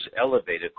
elevated